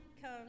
come